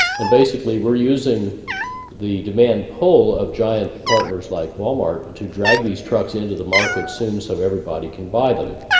and basically, we're using the demand pull of giant partners like walmart to drag these trucks into the market soon so everybody can buy them.